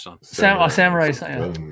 samurai